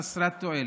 חסרת תועלת.